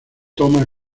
toma